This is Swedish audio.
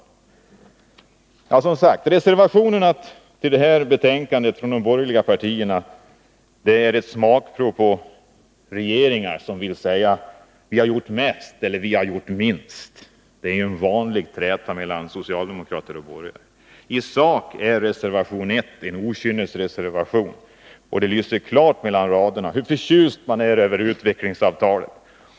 De borgerliga partiernas reservationer vid detta betänkande är ett smakprov på uttalanden från regeringspartier som vill peka på vem som gjort mest eller som gjort minst — det är en vanlig träta mellan socialdemokrater och borgare. I sak är reservation 1 en okynnesreservation, och det lyser klart mellan raderna fram hur förtjust man är över utvecklingsavtalet.